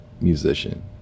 musician